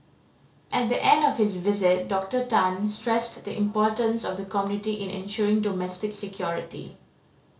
at the end of his visit Doctor Tan stressed the importance of the community in ensuring domestic security